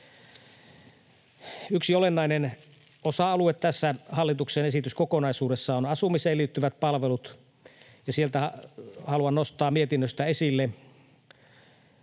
Yksi olennainen osa-alue tämän hallituksen esityksen kokonaisuudessa on asumiseen liittyvät palvelut, ja haluan nostaa mietinnöstä esille